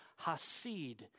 hasid